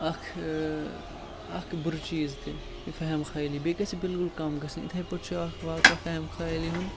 اَکھ اَکھ بُرٕ چیٖز تہِ یہِ فٮ۪ہَم خیٲلی بیٚیہِ گژھِ بلکل کَم گژھٕنۍ یِتھَے پٲٹھۍ چھُ اَکھ واقعہ فٮ۪ہَم خیٲلی ہُنٛد